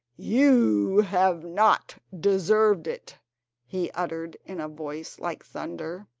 you have not deserved it he uttered, in a voice like thunder,